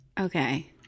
Okay